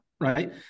right